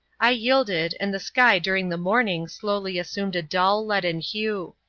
i yielded, and the sky during the morning slowly assumed a dull, leaden hue.